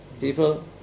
people